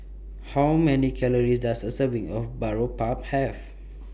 How Many Calories Does A Serving of Boribap Have